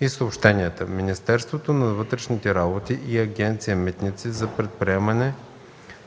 и съобщенията, Министерството на вътрешните работи и Агенция „Митници” за предприемане